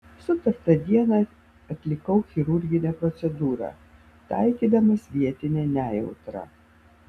sutartą dieną atlikau chirurginę procedūrą taikydamas vietinę nejautrą